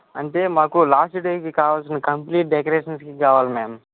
అంటే మాకు లాస్ట్ డేకి కావాల్సిన కంప్లీట్ డెకరేషన్స్కి కావాలి మ్యామ్